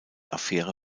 affäre